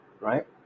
Right